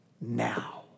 now